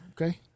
Okay